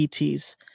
ET's